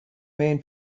main